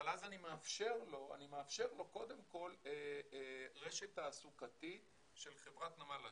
אבל אז אני מאפשר לו קודם כל רשת תעסוקתית של חברת נמל אשדוד,